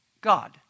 God